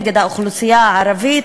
נגד האוכלוסייה הערבית,